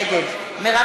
נגד מרב